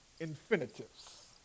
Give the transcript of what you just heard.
Infinitives